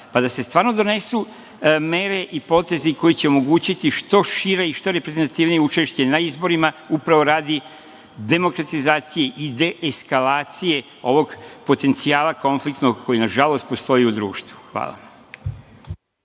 pa da se stvarno donesu mere i potezi koji će omogućiti što šire i što reprezentativnije učešće na izborima upravo radi demokratizacije i deiskalalcije ovog potencijala konfliktnog koji, nažalost, postoji u društvu. Hvala.